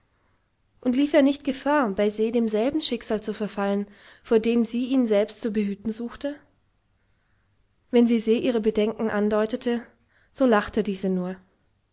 und lief er nicht gefahr bei se demselben schicksal zu verfallen vor dem sie ihn selbst zu behüten suchte wenn sie se ihre bedenken andeutete so lachte diese nur